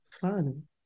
fun